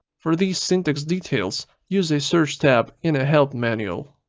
for these syntax details use a search tab in a help manual.